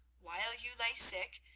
while you lay sick,